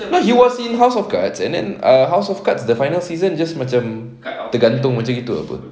no he was in house of cards and and err house of cards the final season just macam tergantung macam gitu apa